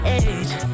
age